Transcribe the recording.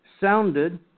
sounded